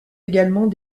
également